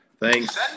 thanks